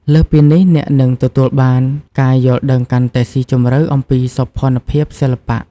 លើសពីនេះ អ្នកនឹងទទួលបានការយល់ដឹងកាន់តែស៊ីជម្រៅអំពីសោភ័ណភាពសិល្បៈ។